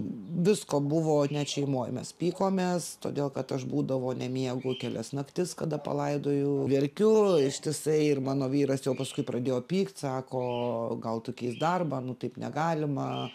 visko buvo net šeimoj mes pykomės todėl kad aš būdavo nemiegu kelias naktis kada palaidoju verkiu ištisai ir mano vyras jau paskui pradėjo pykt sako gal tu keisk darbą nu taip negalima